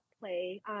play